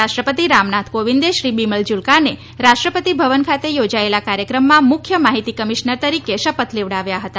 રાષ્ટ્રપતિ રામનાથ કોવિંદે શ્રી બિમલ જુલ્કાને રાષ્ટ્રપતિભવન ખાતે યોજાયેલા કાર્યક્રમમાં મુખ્ય માહિતી કમિશનર તરીકે શપથ લેવડાવ્યા હતા